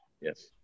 yes